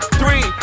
three